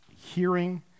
hearing